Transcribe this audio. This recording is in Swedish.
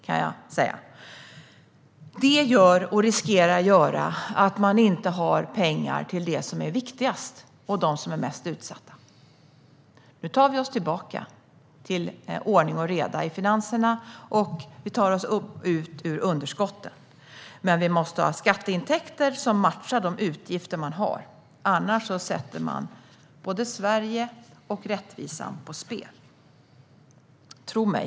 Det riskerar att göra att man inte har pengar till det som är viktigast och till dem som är mest utsatta. Nu tar vi oss tillbaka till ordning och reda i finanserna, och vi tar oss upp ur underskotten. Men vi måste ha skatteintäkter som matchar utgifterna. Annars sätter man både Sverige och rättvisan på spel. Tro mig!